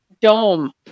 dome